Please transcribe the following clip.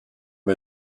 wir